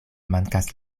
mankas